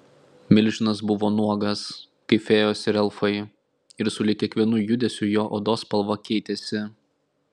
milžinas buvo nuogas kaip fėjos ir elfai ir sulig kiekvienu judesiu jo odos spalva keitėsi